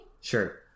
Sure